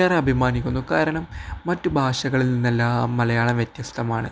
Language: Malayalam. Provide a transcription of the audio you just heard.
ഏറെ അഭിമാനിക്കുന്നു കാരണം മറ്റ് ഭാഷകളിൽ നിന്നെല്ലാം മലയാളം വ്യത്യസ്തമാണ്